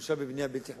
למשל בבנייה בלתי חוקית,